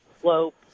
slope